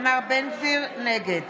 נגד